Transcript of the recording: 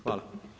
Hvala.